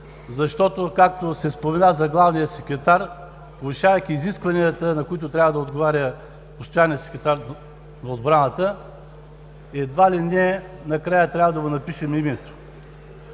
защото, както се спомена за главния секретар, повишавайки изискванията, на които трябва да отговаря постоянният секретар на отбраната, едва ли не накрая трябва да му напишем името.